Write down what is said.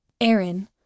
Aaron